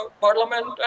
parliament